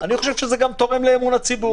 אני חושב שזה גם תורם לאמון הציבור.